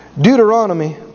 Deuteronomy